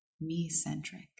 me-centric